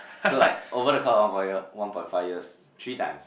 so like over the count of one point year one point five years three times